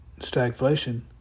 stagflation